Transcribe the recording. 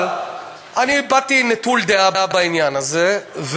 אבל אני באתי נטול דעה בעניין הזה,